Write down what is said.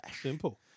Simple